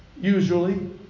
usually